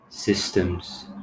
Systems